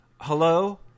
hello